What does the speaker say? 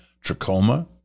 trachoma